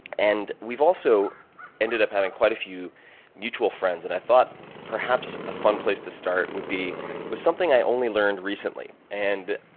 and we've also ended up having quite a few mutual friends. and i thought perhaps a fun place to start would be with something i only learned recently. and